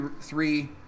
three